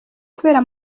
kubera